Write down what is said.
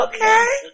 Okay